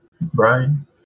Brian